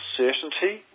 certainty